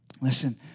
listen